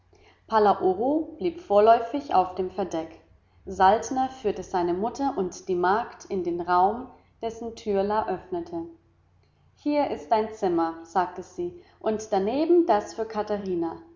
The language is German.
blieb vorläufig auf dem verdeck saltner führte seine mutter und die magd in den raum dessen tür la öffnete hier ist ihr zimmer sagte sie und daneben das für